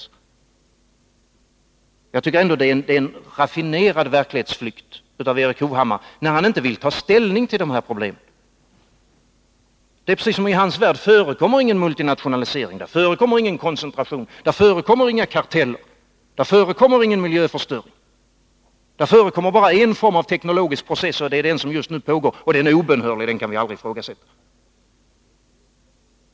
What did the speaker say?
Jag tycker ändå att det är en raffinerad verklighetsflykt av Erik Hovhammar, när han inte vill ta ställning till dessa problem. Det är precis som om det i hans värld inte förekommer någon multinationalisering, ingen koncentration, inga karteller och ingen miljöförstöring. Där förekommer bara en form av teknologisk process, nämligen den som nu pågår. Den är obönhörlig och den kan vi aldrig ifrågasätta.